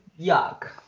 yuck